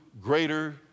greater